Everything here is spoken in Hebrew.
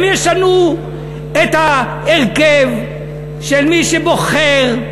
הם ישנו את ההרכב של מי שבוחר,